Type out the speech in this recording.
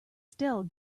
still